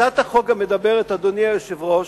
הצעת החוק גם מדברת, אדוני היושב-ראש,